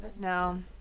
no